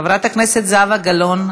חברת הכנסת זהבה גלאון,